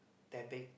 that big